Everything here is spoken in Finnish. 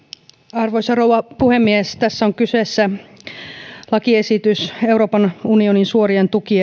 arvoisa rouva puhemies tässä on kyseessä lakiesitys euroopan unionin suorista